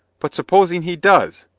but supposing he does!